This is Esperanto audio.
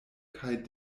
kaj